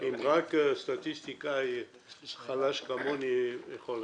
אם רק סטטיסטיקאי חלש כמוני יכול לתת.